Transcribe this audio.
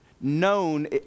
known